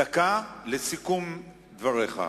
דקה לסיכום דבריך.